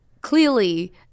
clearly